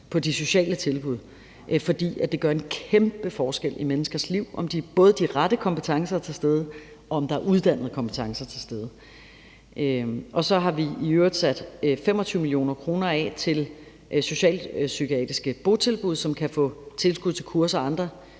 på de sociale tilbud, fordi det gør en kæmpe forskel i menneskers liv, både om der er de rette kompetencer til stede og uddannede kompetencer til stede. Så har vi i øvrigt sat 25 mio. kr. af til socialpsykiatriske botilbud, som kan få tilskud til kurser og andre